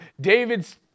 David's